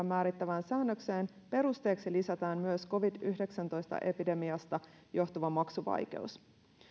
määrittävään säännökseen lisätään perusteeksi myös covid yhdeksäntoista epidemiasta johtuva maksuvaikeus